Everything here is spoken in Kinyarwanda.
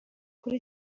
kuri